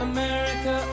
America